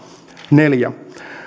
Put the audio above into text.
neljä